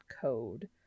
code